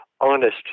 honest